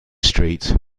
street